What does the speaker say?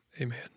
amen